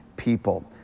People